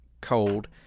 cold